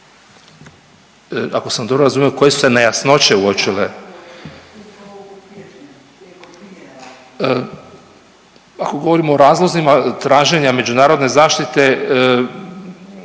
Ako sam dobro razumio koje su se nejasnoće uočile? Ako govorimo o razlozima traženja međunarodne zaštite,